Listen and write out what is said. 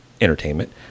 entertainment